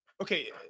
Okay